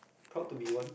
thought to be one